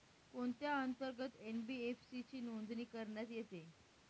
कोणत्या अंतर्गत एन.बी.एफ.सी ची नोंदणी करण्यात येते?